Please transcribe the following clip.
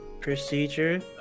procedure